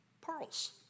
pearls